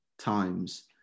times